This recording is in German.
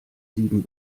sieden